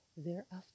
thereafter